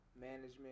management